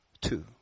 two